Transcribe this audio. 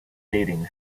dating